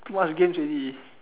too much games already